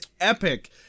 epic